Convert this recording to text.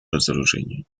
разоружению